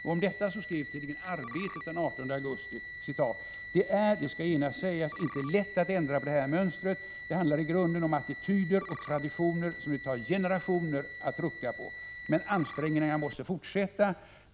Om detta skrev tidningen Arbetet i en ledare den 18 augusti: ”Det är, det ska genast sägas, inte lätt att ändra på det här mönstret. Det handlar i grunden om attityder och traditioner som det tar generationer att rucka på. Men ansträngningarna måste fortsätta.